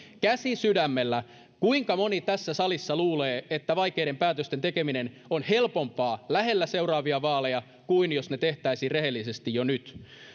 käsi sydämellä kuinka moni tässä salissa luulee että vaikeiden päätösten tekeminen on helpompaa lähellä seuraavia vaaleja kuin jos ne tehtäisi rehellisesti jo nyt